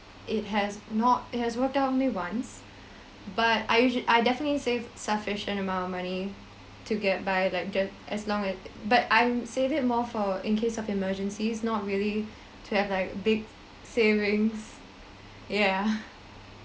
it has not it has worked only once but I usually I definitely save sufficient amount of money to get by like just as long as but I'm save it more for in case of emergencies not really to have like big savings ya